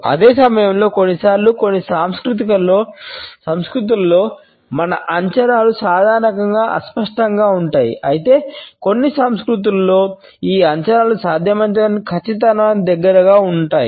అదే సమయంలో కొన్నిసార్లు కొన్ని సంస్కృతులలో మన అంచనాలు సాధారణంగా అస్పష్టంగా ఉంటాయి అయితే కొన్ని సంస్కృతులలో ఈ అంచనాలు సాధ్యమైనంత ఖచ్చితత్వానికి దగ్గరగా ఉండాలి